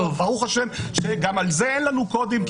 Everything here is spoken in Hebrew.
ברוך השם שגם על זה אין לנו קודים,